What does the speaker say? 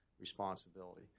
responsibility